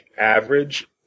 average